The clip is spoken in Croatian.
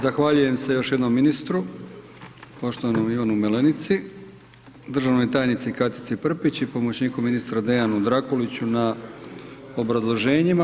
Zahvaljujem se još jednom ministru poštovanom Ivanu Malenici, državnoj tajnici Katici Prpić i pomoćniku ministra Dejanu Drakuliću na obrazloženjima.